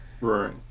right